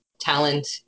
talent